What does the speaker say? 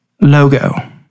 logo